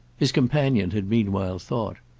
his companion had meanwhile thought.